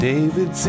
David